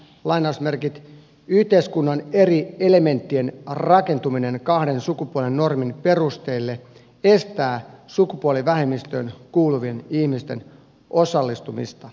julkaisun mukaan yhteiskunnan eri elementtien rakentuminen kahden sukupuolen normin perustalle estää sukupuolivähemmistöön kuuluvien ihmisten osallistumista